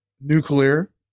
nuclear